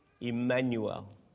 Emmanuel